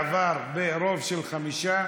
עבר ברוב של חמישה,